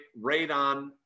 radon